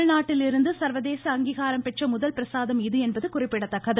தமிழ்நாட்டிலிருந்து சர்வதேச அங்கீகாரம் பெற்ற முதல் பிரசாதம் இது என்பது குறிப்பிடத்தக்கது